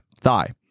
thigh